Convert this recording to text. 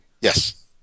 Yes